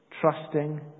trusting